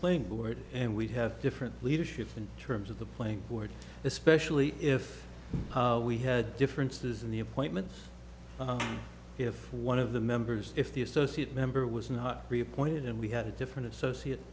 playing board and we have different leadership in terms of the playing board especially if we had differences in the appointments if one of the members if the associate member was not reappointed and we had a different associate